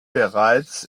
bereits